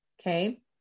Okay